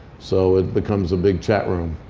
so it becomes a big chat room